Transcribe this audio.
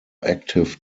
active